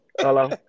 Hello